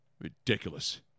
ridiculous